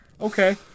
Okay